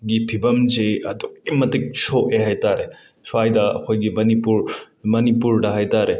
ꯒꯤ ꯐꯤꯕꯝꯁꯤ ꯑꯗꯨꯛꯀꯤ ꯃꯇꯤꯛ ꯁꯣꯛꯑꯦ ꯍꯥꯏ ꯇꯥꯔꯦ ꯁ꯭ꯋꯥꯏꯗ ꯑꯩꯈꯣꯏꯒꯤ ꯕꯅꯤꯄꯨꯔ ꯃꯅꯤꯄꯨꯔꯗ ꯍꯥꯏ ꯇꯥꯔꯦ